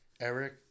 Eric